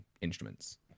instruments